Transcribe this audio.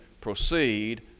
proceed